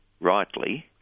rightly